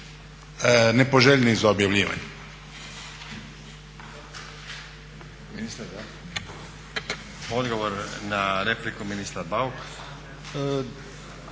nepoželjniji za objavljivanje.